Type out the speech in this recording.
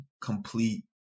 complete